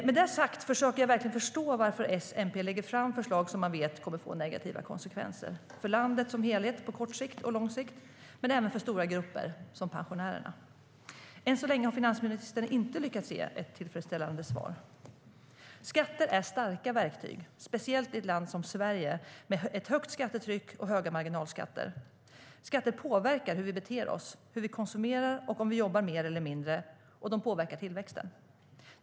Med det sagt försöker jag verkligen förstå varför S och MP lägger fram förslag som man vet får negativa konsekvenser för landet som helhet på kort sikt och på lång sikt och även för stora grupper, till exempel pensionärerna. Än så länge har finansministern inte lyckats ge ett tillfredsställande svar. Skatter är starka verktyg, speciellt i ett land som Sverige med ett högt skattetryck och höga marginalskatter. Skatter påverkar hur vi beter oss, hur vi konsumerar och om vi jobbar mer eller mindre, och de påverkar tillväxten.